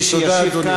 רק שלושה מסיתים יש?